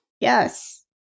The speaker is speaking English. Yes